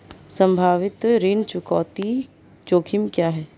संभावित ऋण चुकौती जोखिम क्या हैं?